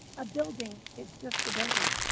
a building is just the building.